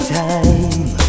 time